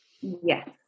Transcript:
yes